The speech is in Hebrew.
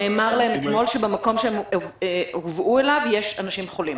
נאמר להם אתמול שבמקום שאליו הם הובאו יש אנשים חולים.